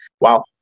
Wow